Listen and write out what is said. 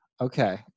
Okay